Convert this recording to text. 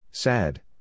Sad